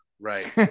right